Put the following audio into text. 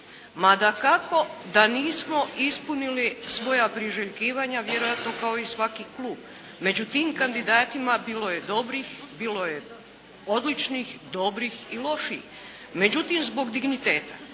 Ma dakako da nismo ispunili svoja priželjkivanja vjerojatno kao i svaki klub. Među tim kandidatima bilo je dobrih, bilo je odličnih, dobrih i lošijih. Međutim zbog digniteta